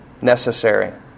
necessary